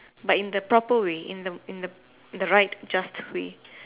but in the proper way in the in the in the right just way